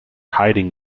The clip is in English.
hiding